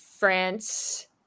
France